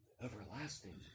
everlasting